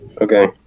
Okay